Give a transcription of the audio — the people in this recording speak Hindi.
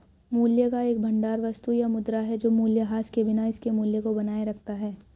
मूल्य का एक भंडार वस्तु या मुद्रा है जो मूल्यह्रास के बिना इसके मूल्य को बनाए रखता है